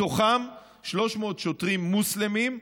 מתוכם 300 שוטרים מוסלמים,